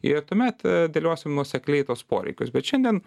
ir tuomet dėliosim nuosekliai tuos poreikius bet šiandien